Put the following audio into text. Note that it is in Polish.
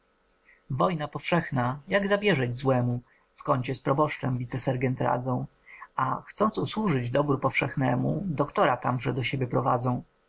wojna powszechna jak zabieżeć złemu w kącie z proboszczem wicesgerent radzą a chcąc usłużyć dobru powszechnemu doktora tamże do siebie prowadzą